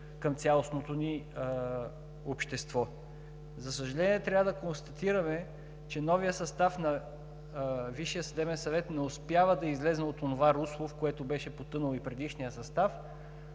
към цялостното ни общество. За съжаление, трябва да констатираме, че новият състав на Висшия съдебен съвет не успява да излезе от онова русло, в което беше потънал и предишният състав